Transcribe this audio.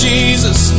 Jesus